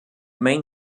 main